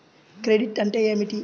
Credit అంటే ఏమిటి?